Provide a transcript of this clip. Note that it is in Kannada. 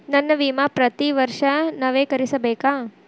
ನನ್ನ ವಿಮಾ ಪ್ರತಿ ವರ್ಷಾ ನವೇಕರಿಸಬೇಕಾ?